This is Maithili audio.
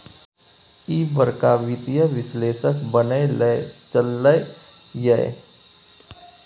ईह बड़का वित्तीय विश्लेषक बनय लए चललै ये